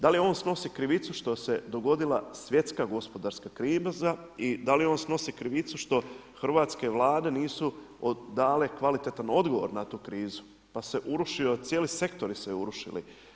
Da li on snosi krivicu što se dogodila svjetska gospodarska kriza i da li on snosi krivicu što hrvatska vlade nisu dale kvalitetan odgovor na tu krizu pa se urušio cijeli sektori su se urušili.